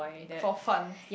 for fun